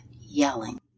yelling